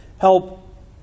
help